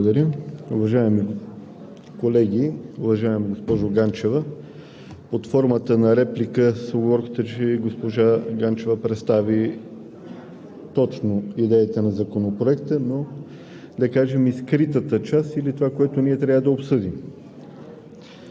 Благодаря. Уважаеми колеги! Уважаема госпожо Ганчева, под формата на реплика с уговорката, че госпожа Ганчева представи точно идеите на Законопроекта, но да кажем и скритата част, или това, което ние трябва да обсъдим.